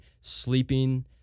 sleeping